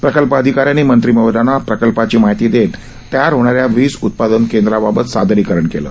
प्रकल्प अधिकाऱ्यांनी मंत्री महोदयांना प्रकल्पाची माहिती देत तयार होणाऱ्या वीज उत्पादन केंद्राबाबत सादरीकरण केलं